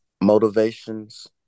motivations